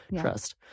Trust